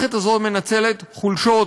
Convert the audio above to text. המערכת הזאת מנצלת חולשות,